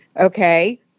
Okay